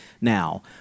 now